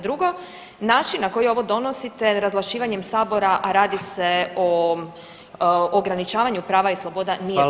Drugo, način na koji ovo donosite razvlašćivanjem sabora, a radi se o ograničavanju prava i sloboda [[Upadica: Hvala vam.]] nije dobar